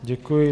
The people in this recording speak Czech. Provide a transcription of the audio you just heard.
Děkuji.